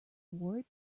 ward